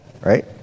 Right